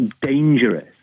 dangerous